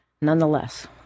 Nonetheless